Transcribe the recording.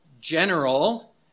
general